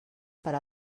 per